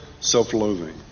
self-loathing